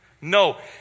No